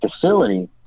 facility